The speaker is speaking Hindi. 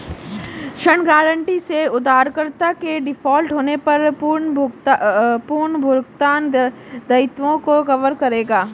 ऋण गारंटी से उधारकर्ता के डिफ़ॉल्ट होने पर पुनर्भुगतान दायित्वों को कवर करेगा